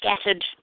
scattered